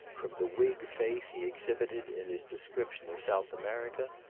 from the whig faith he exhibited in his description of south america,